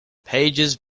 pages